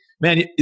man